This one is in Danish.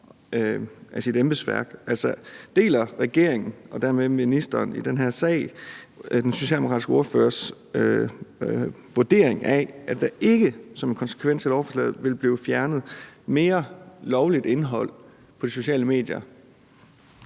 af sit embedsværk. Altså, deler regeringen og dermed ministeren i den her sag den socialdemokratiske ordførers vurdering af, at der ikke som konsekvens af lovforslaget vil blive fjernet mere lovligt indhold på de sociale medier?